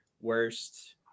worst